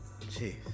Jeez